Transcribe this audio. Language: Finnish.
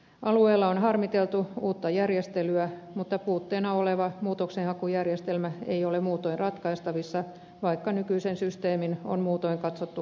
alueella on harmiteltu uutta järjestelyä mutta puutteena oleva muutoksenhakujärjestelmä ei ole muutoin ratkaistavissa nykyisen systeemin on muutoin katsottu olevan toimiva